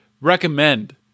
recommend